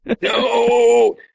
No